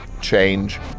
change